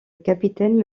capitaine